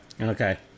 Okay